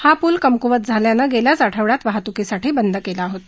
हा पूल कमकूवत झाल्याने गेल्या आठवड्यात वाहतूकीसाठी बंद केला होता